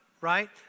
right